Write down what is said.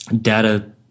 data